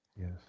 Yes